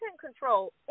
control